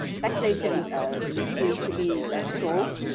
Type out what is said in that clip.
ah taxation issues to be solved.